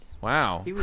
Wow